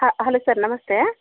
ಹಾಂ hello sir ನಮಸ್ತೆ